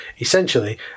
essentially